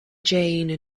jane